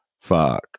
fuck